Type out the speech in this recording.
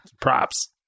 props